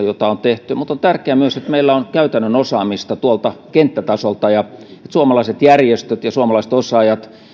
jota on tehty mutta on tärkeää myös että meillä on käytännön osaamista kenttätasolta ja että suomalaiset järjestöt ja suomalaiset osaajat